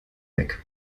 weg